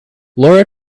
laura